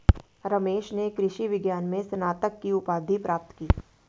रमेश ने कृषि विज्ञान में स्नातक की उपाधि प्राप्त की